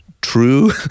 true